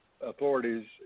authorities